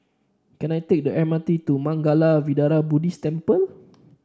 can I take the M R T to Mangala Vihara Buddhist Temple